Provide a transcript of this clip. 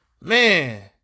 Man